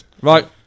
Right